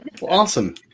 Awesome